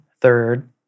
third